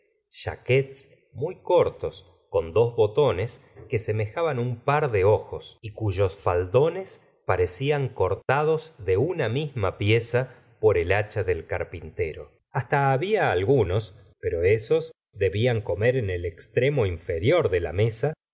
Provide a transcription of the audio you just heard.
chaquets muy cortos con dos botones que semejaban un par de ojos y cuyos faldones parecían cortados de una gustavo flaubert misma pieza por el hacha del carpintero hasta había algunos pero esos debían comer en el extremo inferior de la mesa que llevaban blusas de día de fiesta es